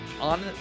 on